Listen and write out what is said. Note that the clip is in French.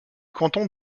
canton